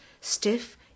stiff